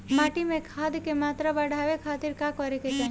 माटी में खाद क मात्रा बढ़ावे खातिर का करे के चाहीं?